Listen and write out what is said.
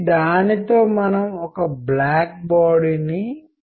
దీంతో మనము మాట్లాడుకునే మూడవ విషయానికి వస్తాము - ఇంటర్ప్రిటేషన్